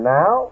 now